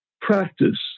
practice